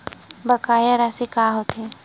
बकाया राशि का होथे?